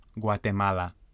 guatemala